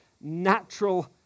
natural